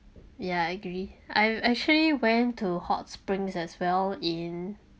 yeah agree I actually went to hot springs as well in